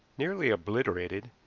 nearly obliterated,